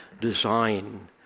design